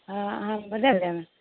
हँ अहाँ बदलि देम